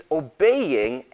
obeying